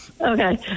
okay